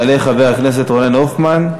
יעלה חבר הכנסת רונן הופמן,